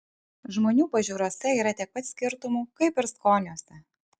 žmonių pažiūrose yra tiek pat skirtumų kaip ir skoniuose